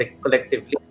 collectively